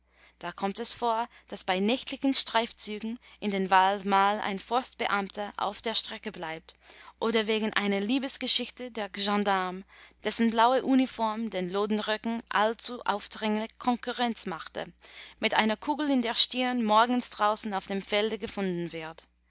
da kommt es vor daß bei nächtlichen streifzügen in den wald mal ein forstbeamter auf der strecke bleibt oder wegen einer liebesgeschichte der gendarm dessen blaue uniform den lodenröcken allzu aufdringlich konkurrenz machte mit einer kugel in der stirn morgens draußen auf dem felde gefunden wird